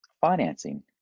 financing